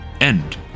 End